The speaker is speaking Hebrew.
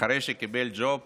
אחרי שקיבל ג'וב